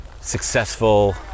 successful